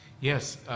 yes